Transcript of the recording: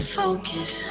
focus